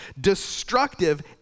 destructive